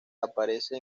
aparece